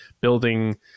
building